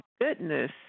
goodness